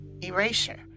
erasure